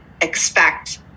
expect